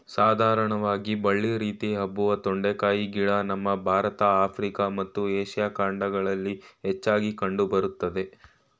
ಸಾಧಾರಣವಾಗಿ ಬಳ್ಳಿ ರೀತಿ ಹಬ್ಬುವ ತೊಂಡೆಕಾಯಿ ಗಿಡ ನಮ್ಮ ಭಾರತ ಆಫ್ರಿಕಾ ಮತ್ತು ಏಷ್ಯಾ ಖಂಡಗಳಲ್ಲಿ ಹೆಚ್ಚಾಗಿ ಕಂಡು ಬರ್ತದೆ